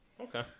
Okay